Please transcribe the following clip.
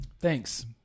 Thanks